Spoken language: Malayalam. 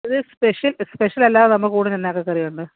ഇത് സ്പെഷ്യൽ സ്പെഷ്യൽ അല്ലാതെ നമുക്ക് ഊണിന് എന്നാ ഒക്കെ കറിയുണ്ട്